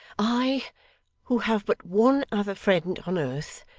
i who have but one other friend on earth,